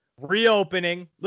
reopening